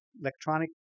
electronic